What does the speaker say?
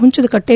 Hunchadakatte